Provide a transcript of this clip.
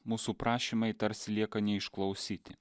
mūsų prašymai tarsi lieka neišklausyti